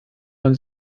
man